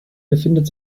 befindet